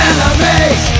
Enemies